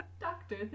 Doctor